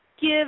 give